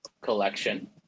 collection